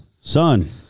son